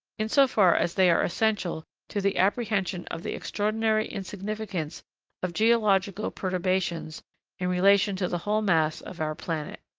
in so far as they are essential to the apprehension of the extraordinary insignificance of geological perturbations in relation to the whole mass of our planet.